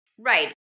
Right